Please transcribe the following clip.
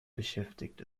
beschäftigt